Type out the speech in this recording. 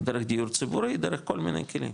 דרך דיור ציבורי, דרך כל מיני כלים,